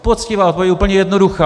Poctivá, úplně jednoduchá.